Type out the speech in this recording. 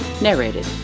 Narrated